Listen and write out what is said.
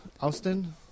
Austin